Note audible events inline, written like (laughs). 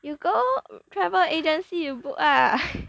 you go travel agency you book ah (laughs)